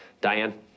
Diane